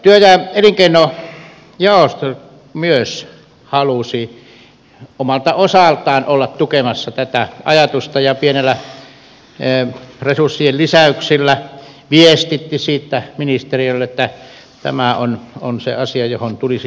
myös työ ja elinkeinojaosto halusi omalta osaltaan olla tukemassa tätä ajatusta ja pienillä resurssien lisäyksillä viestitti siitä ministeriölle että tämä on se asia johon tulisi jatkossa paneutua